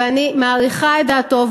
ואני מעריכה את דעתו,